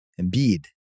Embiid